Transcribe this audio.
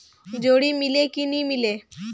जोणी मीले कि नी मिले?